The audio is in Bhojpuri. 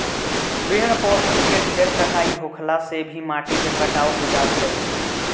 पेड़ पौधन के ढेर कटाई होखला से भी माटी के कटाव हो जात हवे